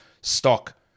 stock